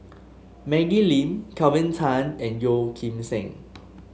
Maggie Lim Kelvin Tan and Yeo Kim Seng